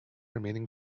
remaining